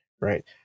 right